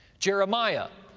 jeremiah,